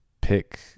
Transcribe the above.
pick